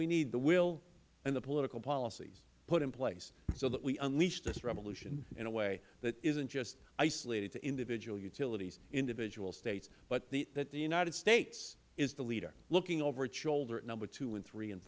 we need the will and political policies put in place so that we unleash this revolution in a way that isn't just isolated to individual utilities individual states but that the united states is the leader looking over its shoulder at number two and three and